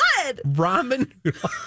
Ramen